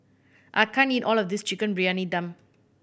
I can't eat all of this Chicken Briyani Dum